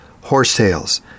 horsetails